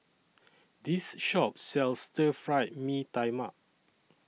This Shop sells Stir Fried Mee Tai Mak